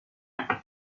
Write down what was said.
rally